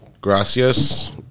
Gracias